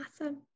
Awesome